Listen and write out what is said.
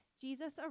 Jesus